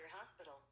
Hospital